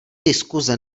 diskuze